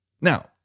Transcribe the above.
Now